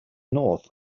north